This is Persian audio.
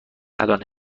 الان